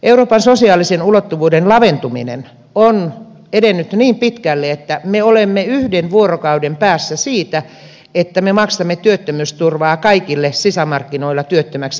euroopan sosiaalisen ulottuvuuden laventuminen on edennyt niin pitkälle että me olemme yhden vuorokauden päässä siitä että me maksamme työttömyysturvaa kaikille sisämarkkinoilla työttömiksi jääneille ihmisille